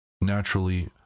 Naturally